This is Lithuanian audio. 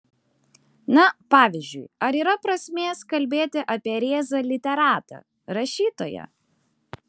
na pavyzdžiui ar yra prasmės kalbėti apie rėzą literatą rašytoją